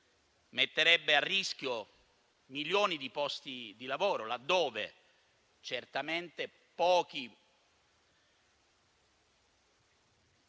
metterebbe a rischio milioni di posti di lavoro, laddove certamente poche